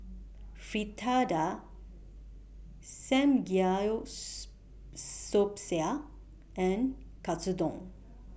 Fritada and Katsudon